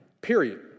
period